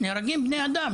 נהרגים בני אדם.